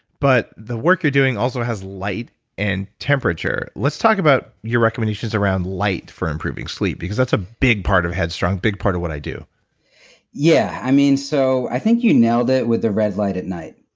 but the work you're doing also has light and temperature. let's talk about your recommendations around light for improving sleep, because that's a big part of headstrong and a big part of what i do yeah. i mean, so i think you nailed it with the red light at night.